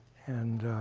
and